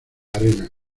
arena